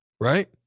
Right